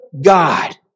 God